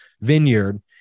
Vineyard